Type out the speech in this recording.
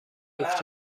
جفت